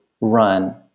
run